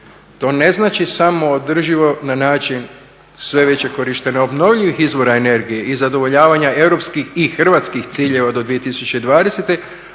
To ne znači samo održivo na način sve veće korištenje obnovljivih izvora energije i zadovoljavanje europskih i hrvatskih ciljeva do 2020.,